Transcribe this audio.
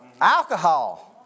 alcohol